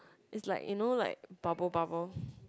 is like you know like bubble bubble